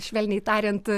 švelniai tariant